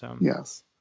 Yes